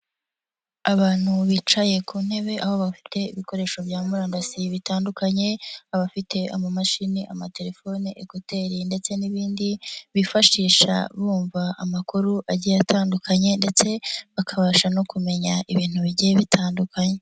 Abantu bicaye ku ntebe, aho bafite ibikoresho bya murandasi bitandukanye, abafite amamashini, amatelefone, ekoteri ndetse n'ibindi, bifashisha bumva amakuru agiye atandukanye ndetse bakabasha no kumenya ibintu bigiye bitandukanye.